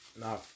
No